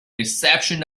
reception